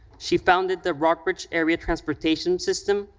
she founded the rockbridge area transportation system,